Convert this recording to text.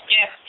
Yes